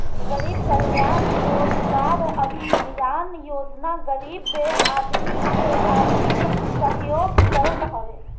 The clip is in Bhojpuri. गरीब कल्याण रोजगार अभियान योजना गरीब आदमी के आर्थिक सहयोग करत हवे